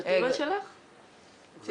הנושאים עולים כל הזמן, קבלת